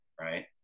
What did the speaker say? Right